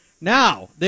Now